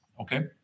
Okay